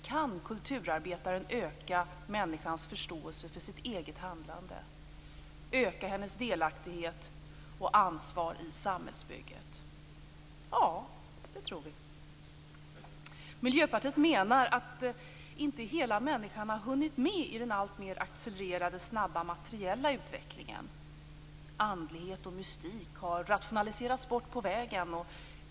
Kan kulturarbetaren öka människans förståelse för sitt eget handlande, öka hennes delaktighet och ansvar i samhällsbygget? Ja, det tror vi. Vi i Miljöpartiet menar att inte hela människan har hunnit med i den alltmer accelererande och snabba materiella utvecklingen. Andlighet och mystik har rationaliserats bort på vägen.